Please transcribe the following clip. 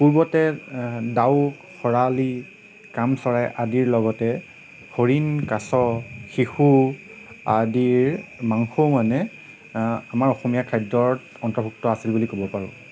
পূৰ্বতে ডাউক শৰালী কাম চৰাই আদিৰ লগতে হৰিণ কাছ শিহু আদিৰ মাংসও মানে আমাৰ অসমীয়াৰ খাদ্যৰ অন্তৰ্ভুক্ত আছিল বুলি ক'ব পাৰোঁ